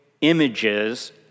images